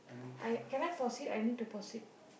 I can I pause it I need to pause it